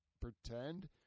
pretend